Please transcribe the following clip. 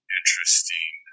interesting